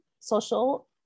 social